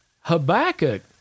Habakkuk